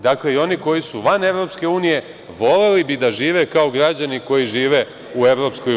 Dakle, i oni koji su van EU voleli bi da žive kao građani koji žive u EU.